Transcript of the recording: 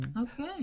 Okay